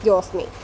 Josni